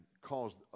caused